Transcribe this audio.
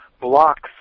blocks